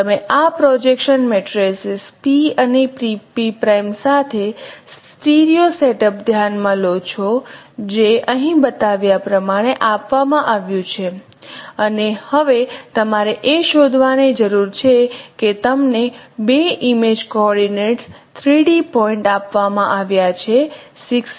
તમે આ projection matrices P અને P સાથે સ્ટીરિયો સેટઅપ ધ્યાનમાં લો છો જે અહીં બતાવ્યા પ્રમાણે આપવામાં આવ્યું છે અને હવે તમારે એ શોધવાની જરૂર છે કે તમને 2 ઇમેજ કોઓર્ડિનેટ્સ 3 ડી પોઇન્ટ આપવામાં આવ્યા છે 6 8 અને 9